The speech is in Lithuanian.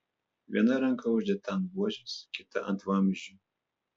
viena ranka uždėta ant buožės kita ant vamzdžių